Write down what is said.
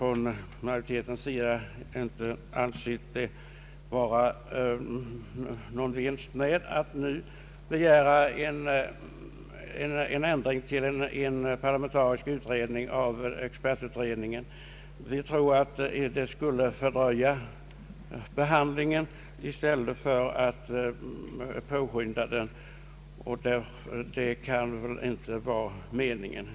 Majorite ten har därför inte ansett det vara någon vinst med att nu begära en ändring av utredningen till en parlamentarisk utredning. Vi tror att ett genomförande av ett sådant förslag skulle fördröja behandlingen av ärendet i stället för att påskynda det, och det kan väl inte vara meningen.